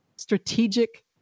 strategic